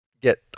get